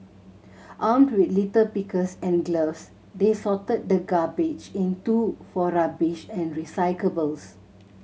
armed with litter pickers and gloves they sorted the garbage into for rubbish and recyclables